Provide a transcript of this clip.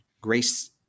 Grace